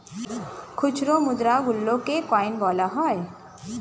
খুচরো মুদ্রা গুলোকে কয়েন বলা হয়